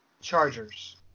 Chargers